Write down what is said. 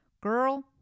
girl